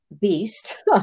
beast